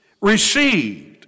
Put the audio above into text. Received